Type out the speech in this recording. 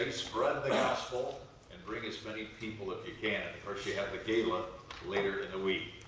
spread the gospel and bring as many people if you can. of course, you have the gala later in the week.